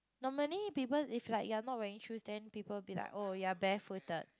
normally people if like you're not wearing shoes then people be like oh you're barefooted